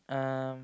um